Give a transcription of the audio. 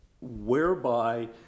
whereby